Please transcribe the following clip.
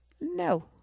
No